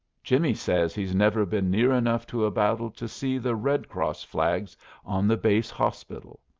jimmy says he's never been near enough to a battle to see the red-cross flags on the base hospital.